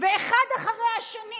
ואחד אחרי השני